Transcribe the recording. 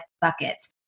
buckets